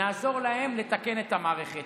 נעזור להם לתקן את המערכת,